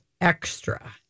extra